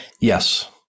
Yes